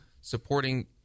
supporting